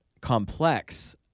complex